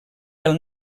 pel